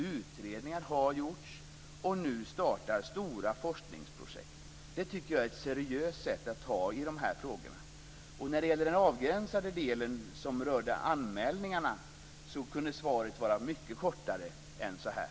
Utredningar har gjorts, och nu startar stora forskningsprojekt. Det tycker jag är ett seriöst sätt att ta i de här frågorna. När det gäller den avgränsade delen som rörde anmälningarna kunde svaret vara mycket kortare än så här.